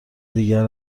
دیگر